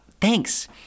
Thanks